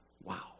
Wow